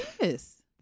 Yes